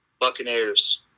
Buccaneers